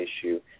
issue